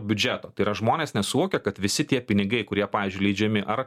biudžeto tai yra žmonės nesuvokia kad visi tie pinigai kurie pavyzdžiui leidžiami ar